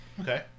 okay